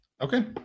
Okay